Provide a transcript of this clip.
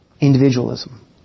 Individualism